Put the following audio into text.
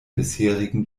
bisherigen